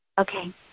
Okay